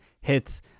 hits